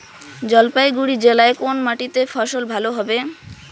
জলপাইগুড়ি জেলায় কোন মাটিতে ফসল ভালো হবে?